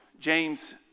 James